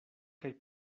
kaj